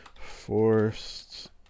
Forced